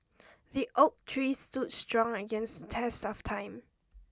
the oak tree stood strong against test of time